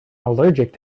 allergic